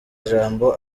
ijambo